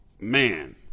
man